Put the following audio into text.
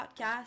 podcast